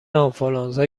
آنفولانزا